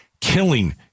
killing